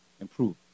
improve